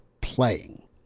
playing